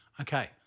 Okay